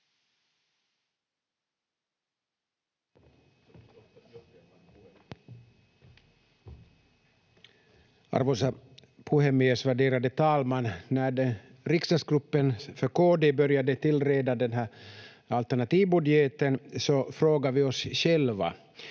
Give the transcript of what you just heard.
Arvoisa puhemies, värderade talman! När riksdagsgruppen för KD började bereda den här alternativa budgeten frågade vi oss själva: